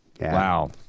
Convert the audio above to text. Wow